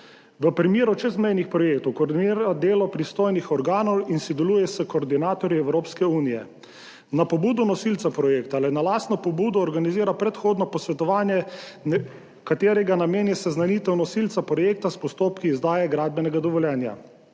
V primeru čezmejnih projektov koordinira delo pristojnih organov in sodeluje s koordinatorji Evropske unije. Na pobudo nosilca projekta ali na lastno pobudo organizira predhodno posvetovanje, katerega namen je seznanitev nosilca projekta s postopki izdaje gradbenega dovoljenja.